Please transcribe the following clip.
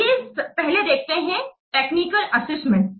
आइये पहले देखते हैं यह टेक्निकल असेसमेंट